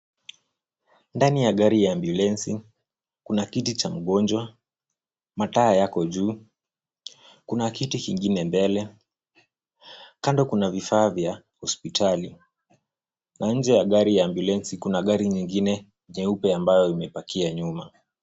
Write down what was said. Ndani ya gari ya ambulanci , kuna kiti cha mgonjwa, mataa yako juu. Kuna kiti kingine mbele. Kando kuna vifaa vya hospitali na nje ya gari ya ambulanci kuna gari nyingine jeupe ambayo imepakia nyuma.